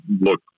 look